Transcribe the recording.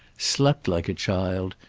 slept like a child,